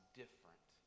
different